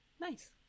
Nice